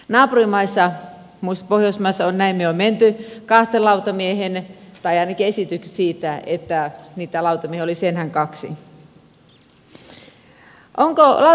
naapurimaissa muissa pohjoismaissa on näin jo menty kahteen lautamieheen tai ainakin esitykseen siitä että niitä lautamiehiä olisi enää kaksi